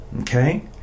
okay